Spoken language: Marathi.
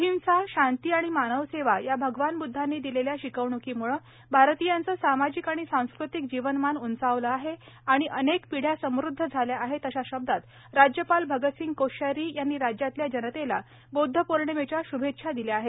अहिंसा शांती आणि मानव सेवा या भगवान बुदधांनी दिलेल्या शिकवणीमुळे भारतीयांचं सामाजिक आणि सांस्कृतिक जीवनमान उंचावलं आहे आणि अनेक पिढ़या समुद्ध झाल्या आहेत अशा शब्दात राज्यपाल भगतसिंह कोश्यारी यांनी राज्यातल्या जनतेला ब्द्धपौर्णिमेच्या श्भेच्छा दिल्या आहेत